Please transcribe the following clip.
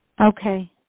Okay